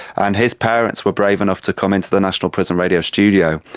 and his parents were brave enough to come into the national prison radio studio.